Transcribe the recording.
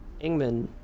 Ingman